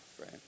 right